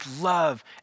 love